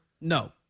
No